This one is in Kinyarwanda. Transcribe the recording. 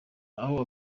aho